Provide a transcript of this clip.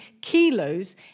kilos